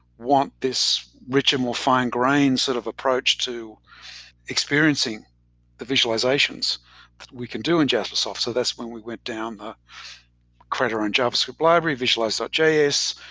want this richer, more fine-grain sort of approach to experiencing the visualizations that we can do in jaspersoft. so that's when we went down to creator in javascript library, visualize so js,